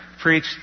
preach